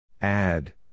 Add